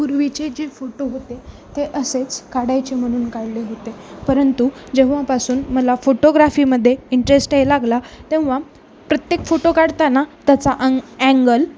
पूर्वीचे जे फोटो होते ते असेच काढायचे म्हणून काढले होते परंतु जेव्हापासून मला फोटोग्राफीमध्ये इंटरेस्ट यायला लागला तेव्हा प्रत्येक फोटो काढताना त्याचा अंग अँगल